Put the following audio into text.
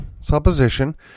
supposition